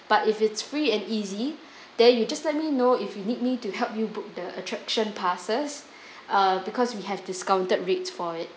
but if it's free and easy there you just let me know if you need me to help you book the attraction passes uh because we have discounted rate for it